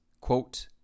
quote